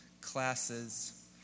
classes